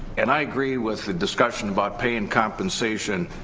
and i agree with the discussion about paying compensation,